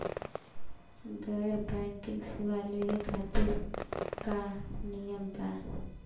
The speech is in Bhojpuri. गैर बैंकिंग सेवा लेवे खातिर का नियम बा?